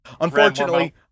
Unfortunately